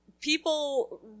people